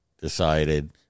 decided